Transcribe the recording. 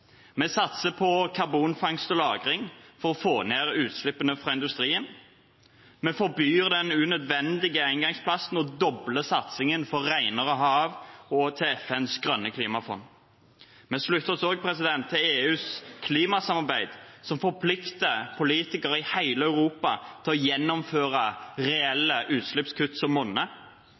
Vi satser på karbonfangst og -lagring for å få ned utslippene fra industrien. Vi forbyr den unødvendige engangsplasten og dobler satsingen for renere hav og på FNs grønne klimafond. Vi slutter oss også til EUs klimasamarbeid, som forplikter politikere i hele Europa til å gjennomføre reelle utslippskutt som